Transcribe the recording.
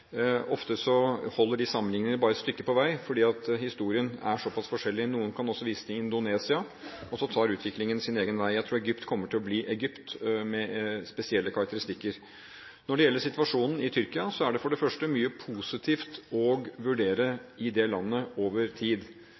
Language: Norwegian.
Ofte holder de sammenlikningene bare et stykke på vei fordi historien er så pass forskjellig. Noen kan også vise til Indonesia, og så tar utviklingen sin egen vei. Jeg tror Egypt kommer til å bli Egypt, med spesielle karakteristikker. Når det gjelder situasjonen i Tyrkia, er det for det første mye positivt å si om det landet over tid.